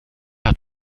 hat